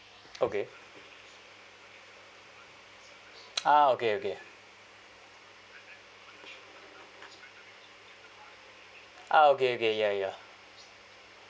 okay ah okay okay ah okay okay ya ya